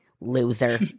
loser